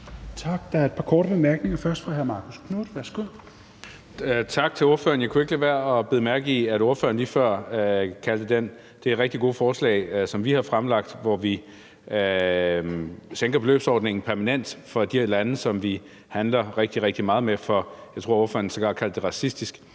Tak. Der er et par korte bemærkninger, først fra hr. Marcus Knuth. Værsgo. Kl. 12:03 Marcus Knuth (KF): Tak til ordføreren. Jeg kunne ikke lade være med at bide mærke i, at ordføreren lige før kaldte det rigtig gode forslag, som vi har fremlagt, hvor vi sænker beløbsordningen permanent for de her lande, som vi handler rigtig, rigtig meget med, for racistisk; det tror jeg sågar var det,